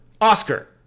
Oscar